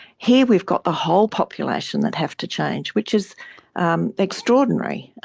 here we've got the whole population that have to change, which is um extraordinary.